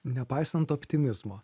nepaisant optimizmo